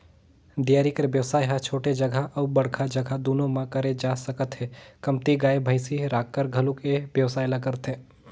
dairy कर बेवसाय ह छोटे जघा अउ बड़का जघा दूनो म करे जा सकत हे, कमती गाय, भइसी राखकर घलोक ए बेवसाय ल करथे